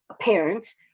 parents